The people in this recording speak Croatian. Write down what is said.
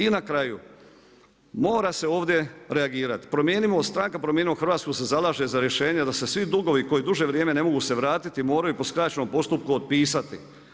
I na kraju mora se ovdje reagirati, promijenimo stranke, Promijenimo Hrvatsku se zalaže za rješenje da se svi dugovi koji duže vrijeme se ne mogu vratiti moraju po skraćenom postupku otpisati.